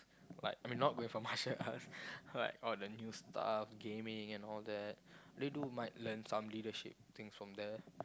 but I mean not going for marital arts like all the new stuff gaming and all that they do might learn some leadership thing from there